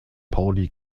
pauli